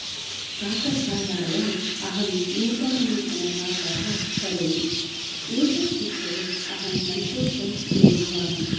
पाकशालायाम् अहं नूतन नूतन पाकाः करोमि एतद् विषये अहं सन्तोषम् अनुभवामि